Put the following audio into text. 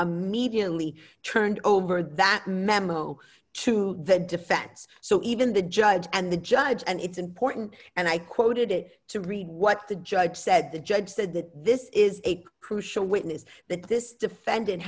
only turned over that memo to the defense so even the judge and the judge and it's important and i quoted it to read what the judge said the judge said that this is a crucial witness that this defendant